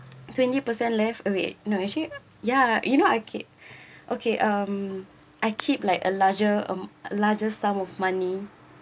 twenty percent left away no actually yeah you know I keep okay um I keep like a larger am~ a larger sum of money